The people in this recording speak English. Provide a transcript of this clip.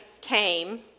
came